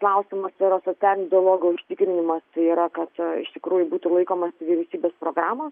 klausimas yra socialinio dialogo užtikrinimas tai yra kad iš tikrųjų būtų laikomasi vyriausybės programo